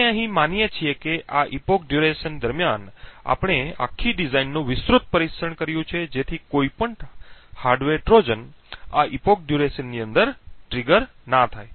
આપણે અહીં માનીએ છીએ કે આ યુગ અવધિ દરમિયાન આપણે આખી ડિઝાઈનનું વિસ્તૃત પરીક્ષણ કર્યું છે જેથી કોઈ પણ હાર્ડવેર ટ્રોજન આ યુગ અવધિ ની અંદર ટ્રિગર ન થાય